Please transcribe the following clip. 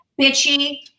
bitchy